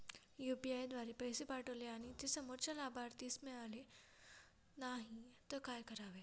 UPI द्वारे पैसे पाठवले आणि ते समोरच्या लाभार्थीस मिळाले नाही तर काय करावे?